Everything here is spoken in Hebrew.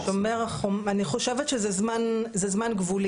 אני חושבת שזה זמן גבולי,